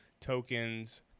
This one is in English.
tokens